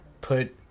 put